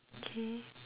okay